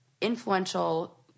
influential